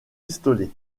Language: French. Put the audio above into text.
pistolet